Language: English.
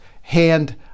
hand